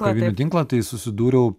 kavinių tinklą tai susidūriau